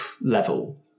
level